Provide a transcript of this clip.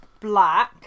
black